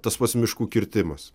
tas pats miškų kirtimas